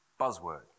Buzzword